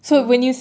what